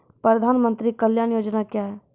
प्रधानमंत्री कल्याण योजना क्या हैं?